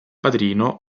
padrino